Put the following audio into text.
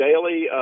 daily